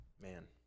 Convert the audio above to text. Man